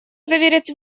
заверить